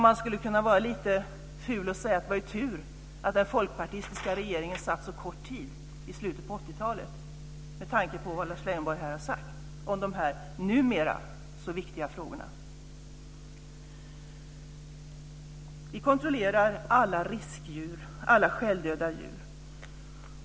Man skulle kunna vara lite ful och säga att det var tur att den folkpartistiska regeringen satt så kort tid i slutet av 80-talet, med tanke på vad Lars Leijonborg har sagt och de numera så viktiga frågorna. Vi kontrollerar alla riskdjur och alla självdöda djur.